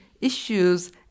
issues